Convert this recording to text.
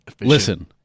Listen